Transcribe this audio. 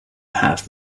have